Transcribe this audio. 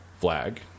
flag